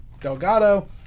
Delgado